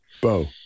Bo